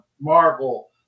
Marvel